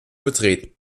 betreten